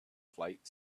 flight